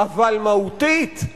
אבל מהותית,